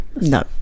No